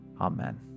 amen